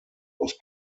was